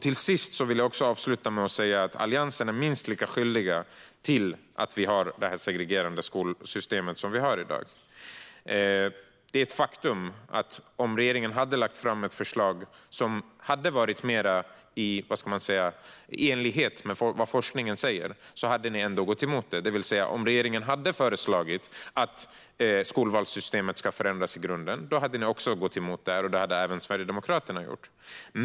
Jag vill avsluta med att säga att Alliansen är minst lika skyldig till att vi har det segregerande skolsystem som vi har i dag. Det är ett faktum att om regeringen hade lagt fram ett förslag som hade varit mer i enlighet med vad forskningen säger hade ni ändå gått emot det, det vill säga att om regeringen hade föreslagit att skolvalssystemet ska förändras i grunden hade ni gått emot det - det hade även Sverigedemokraterna gjort.